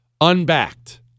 unbacked